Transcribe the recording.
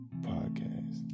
podcast